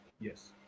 Yes